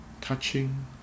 Touching